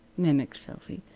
mimicked sophy,